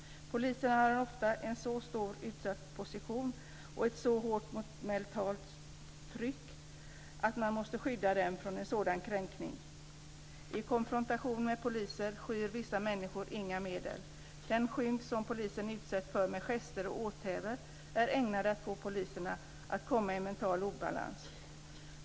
Poliserna har ofta en så utsatt position och ett så hårt mentalt tryck att man måste skydda dem från en sådan kränkning. I konfrontation med poliser skyr vissa människor inga medel. Den skymf som poliser utsätts för med gester och åthävor är ägnad att få poliserna att komma i mental obalans.